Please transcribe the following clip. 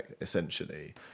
essentially